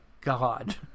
god